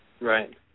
Right